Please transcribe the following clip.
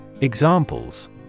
Examples